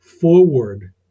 forward